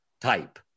type